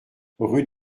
rue